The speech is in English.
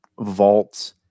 vault